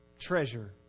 treasure